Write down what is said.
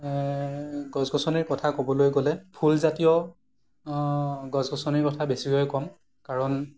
গছ গছনিৰ কথা ক'বলৈ গ'লে ফুলজাতীয় গছ গছনিৰ কথা বেছিকৈ ক'ম কাৰণ